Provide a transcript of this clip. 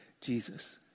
Jesus